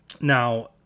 Now